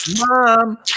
mom